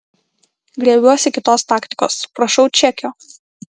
griebiuosi kitos taktikos prašau čekio